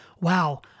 wow